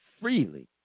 freely